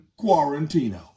Quarantino